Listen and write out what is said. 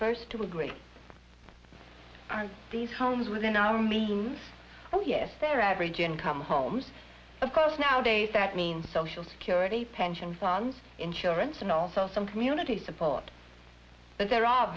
first to agree these homes within our means oh yes their average income home of course now days that means social security pension funds insurance and also some community support but there a